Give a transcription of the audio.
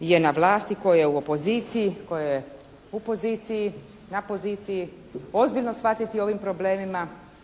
je na vlasti, tko je u opoziciji, tko je u poziciji, na poziciji, ozbiljno shvatiti o ovim problemima.